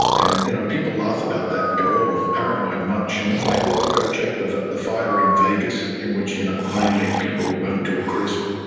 and you know people laugh about that and go, oh, paranoid much. and i'm like, well, go check the the fire in vegas in which you know ninety eight people were burnt to a crisp.